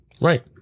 Right